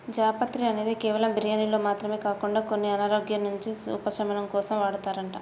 జాపత్రి అనేది కేవలం బిర్యానీల్లో మాత్రమే కాకుండా కొన్ని అనారోగ్యాల నుంచి ఉపశమనం కోసం వాడతారంట